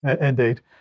Indeed